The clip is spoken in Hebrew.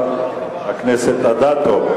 תודה לחברת הכנסת אדטו.